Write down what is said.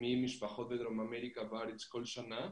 ממשפחות בדרום אמריקה בארץ כל שנה,